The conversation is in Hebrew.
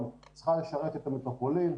צריכים לשרת את המטרופולין.